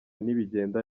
nibigenda